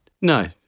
No